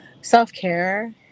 self-care